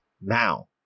Now